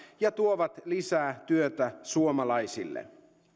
ja tuovat lisää työtä suomalaisille